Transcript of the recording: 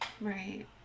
Right